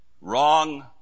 wrong